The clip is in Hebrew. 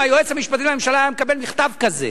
אם היועץ המשפטי לממשלה היה מקבל מכתב כזה